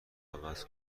عوض